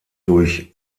durch